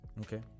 okay